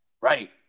Right